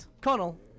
Connell